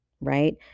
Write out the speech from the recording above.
right